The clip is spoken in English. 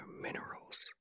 minerals